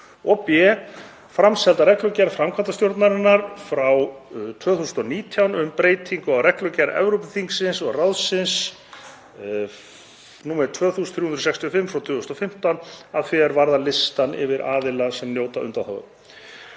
b. Framseld reglugerð framkvæmdastjórnarinnar frá 2019 um breytingu á reglugerð Evrópuþingsins og ráðsins 2015/2365 að því er varðar listann yfir aðila sem njóta undanþágu.